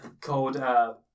called